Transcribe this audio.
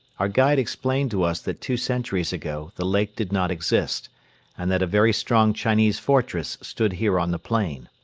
our guide explained to us that two centuries ago the lake did not exist and that a very strong chinese fortress stood here on the plain.